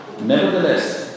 Nevertheless